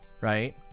right